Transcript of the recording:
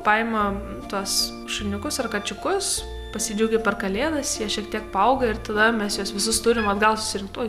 paima tuos šuniukus ar kačiukus pasidžiaugia per kalėdas jie šiek tiek paauga ir tada mes juos visus turim atgal susirinkt oi